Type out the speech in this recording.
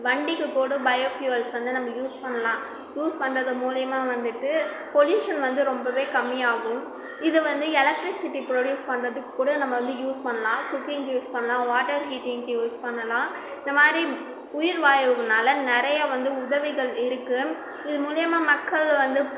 வண்டிக்கு கூட bio fuels வந்து நம்ம யூஸ் பண்ணலாம் யூஸ் பண்ணுறது மூலியமாக வந்துவிட்டு பொல்யூஷன் வந்து ரொம்பவே கம்மியாகும் இது வந்து எலெக்ட்ரிசிட்டி ப்ரொடியூஸ் பண்ணுறதுக்கு கூட நம்ம யூஸ் பண்ணலாம் குக்கிங்க்கு யூஸ் பண்ணலாம் வாட்டர் ஹீட்டிங்க்கு யூஸ் பண்ணலாம் இந்த மாரி உயிர் வாயுங்கனால நிறைய வந்து உதவிகள் இருக்கு இது மூலியமாக மக்கள் வந்து